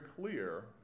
clear